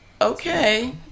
okay